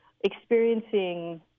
experiencing